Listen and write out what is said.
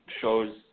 shows